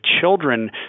children